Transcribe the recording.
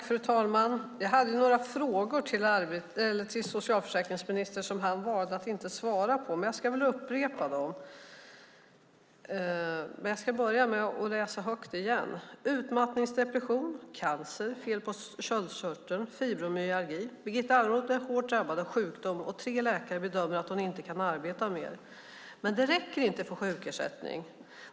Fru talman! Jag hade några frågor till socialförsäkringsministern som han valde att inte svara på. Jag ska upprepa dem. Men jag ska börja med att läsa högt igen: Utmattningsdepression, cancer, fel på sköldkörteln, fibromyalgi. Birgitta Almroth är hårt drabbat av sjukdom. Tre läkare bedömer att hon inte kan arbeta mer. Men det räcker inte för sjukersättning.